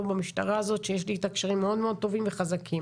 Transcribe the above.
לא במשטרה הזאת שיש לי איתה קשרים מאוד טובים וחזקים.